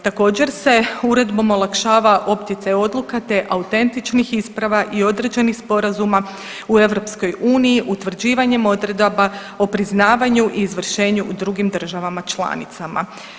Također se uredbom olakšava optjecaj odluka, te autentičnih isprava i određenih sporazuma u EU utvrđivanjem odredaba o priznavanju i izvršenju u drugim državama članicama.